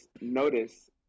notice